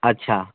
अच्छा